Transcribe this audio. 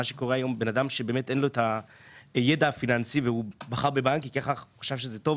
היום אדם שאין לו ידע פיננסי והוא בחר בבנק כי הייתה לו תחושה שזה טוב,